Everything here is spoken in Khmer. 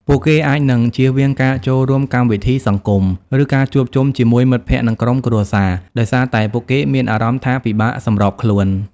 ពួកគេអាចនឹងជៀសវាងការចូលរួមកម្មវិធីសង្គម ឬការជួបជុំជាមួយមិត្តភក្តិ និងក្រុមគ្រួសារ ដោយសារតែពួកគេមានអារម្មណ៍ថាពិបាកសម្របខ្លួន។